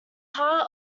heart